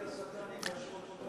אל תפתחי פה לשטן,